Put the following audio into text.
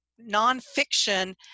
nonfiction